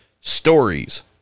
stories